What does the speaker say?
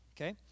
Okay